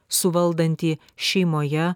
suvaldantį šeimoje